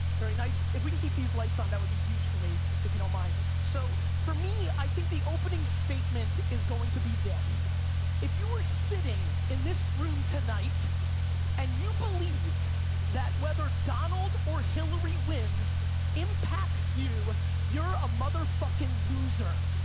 very nice. if we can keep these lights on that would be huge for me if you don't mind. so, for me, i think the opening statement is going to be this if you are sitting in this room tonight and you believe that whether donald or hillary wins impacts you you're a motherfucking loser.